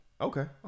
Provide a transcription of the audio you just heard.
Okay